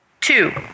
Two